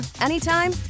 anytime